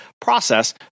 process